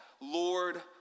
Lord